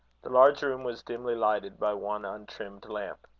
the large room was dimly lighted by one untrimmed lamp.